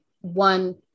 one